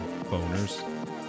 boners